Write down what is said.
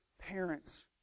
parents